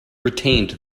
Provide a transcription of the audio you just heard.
retained